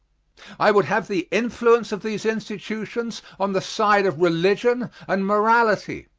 i would have the influence of these institutions on the side of religion and morality.